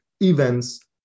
events